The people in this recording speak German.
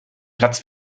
platz